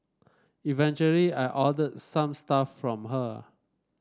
eventually I ordered some stuff from her